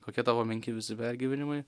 kokie tavo menki visgi pergyvenimai